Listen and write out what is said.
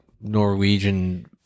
norwegian